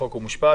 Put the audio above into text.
חוק ומשפט.